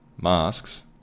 masks